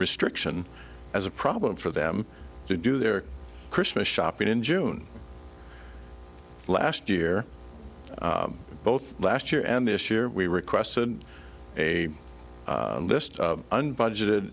restriction as a problem for them to do their christmas shopping in june last year both last year and this year we requested a list of unbudgeted